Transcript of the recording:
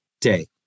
day